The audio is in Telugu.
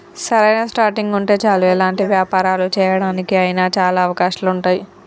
సరైన స్టార్టింగ్ ఉంటే చాలు ఎలాంటి వ్యాపారాలు చేయడానికి అయినా చాలా అవకాశాలు ఉంటాయి